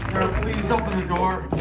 please open the door.